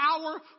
power